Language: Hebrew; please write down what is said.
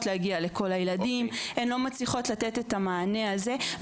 להגיע לכל הילדים ולתת את המענה הזה.